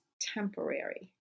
temporary